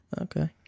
Okay